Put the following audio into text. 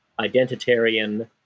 identitarian